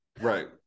Right